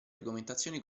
argomentazioni